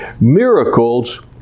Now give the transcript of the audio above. miracles